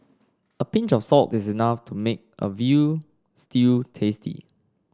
a pinch of salt is enough to make a veal stew tasty